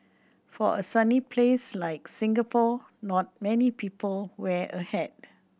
for a sunny place like Singapore not many people wear a hat